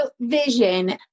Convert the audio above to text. vision